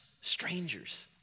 strangers